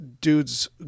dude's